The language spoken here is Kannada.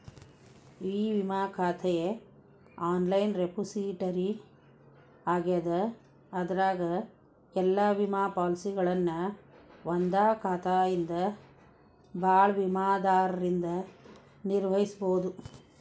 ಇ ವಿಮಾ ಖಾತೆ ಆನ್ಲೈನ್ ರೆಪೊಸಿಟರಿ ಆಗ್ಯದ ಅದರಾಗ ಎಲ್ಲಾ ವಿಮಾ ಪಾಲಸಿಗಳನ್ನ ಒಂದಾ ಖಾತೆಯಿಂದ ಭಾಳ ವಿಮಾದಾರರಿಂದ ನಿರ್ವಹಿಸಬೋದು